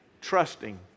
Trusting